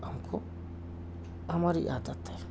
ہم کو ہماری عادت ہے